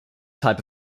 type